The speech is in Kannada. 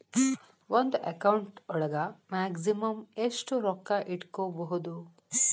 ಒಂದು ಅಕೌಂಟ್ ಒಳಗ ಮ್ಯಾಕ್ಸಿಮಮ್ ಎಷ್ಟು ರೊಕ್ಕ ಇಟ್ಕೋಬಹುದು?